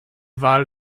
wal